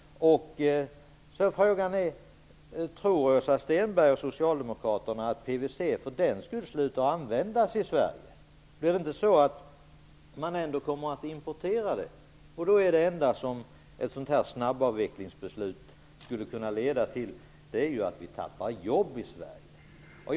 Frågan är: Tror Åsa Stenberg och socialdemokraterna att PVC för den skull slutar användas i Sverige? Kommer man inte ändå att importera det? Då är det enda som ett snabbavvecklingsbeslut skulle kunna leda till att vi tappar jobb i Sverige.